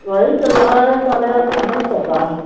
वही चल रहा है साढ़े आठ पर्सेन्ट चल रहा है